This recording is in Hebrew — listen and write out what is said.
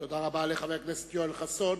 תודה רבה לחבר הכנסת יואל חסון.